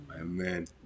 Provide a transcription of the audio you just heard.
Amen